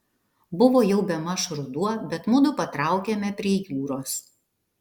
buvo jau bemaž ruduo bet mudu patraukėme prie jūros